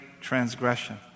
transgression